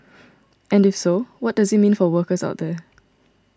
and if so what does it mean for workers out there